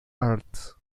arts